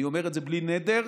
אני אומר את זה בלי נדר.